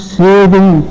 saving